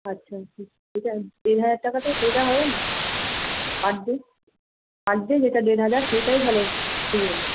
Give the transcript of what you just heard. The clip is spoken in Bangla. আচ্ছা আচ্ছা যেটা দেড় হাজার টাকাটা সেইটা হবেনা পারডে পার ডে যেটা দেড় হাজার সেইটাই তাহলে